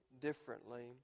differently